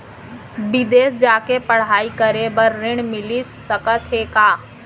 बिदेस जाके पढ़ई करे बर ऋण मिलिस सकत हे का?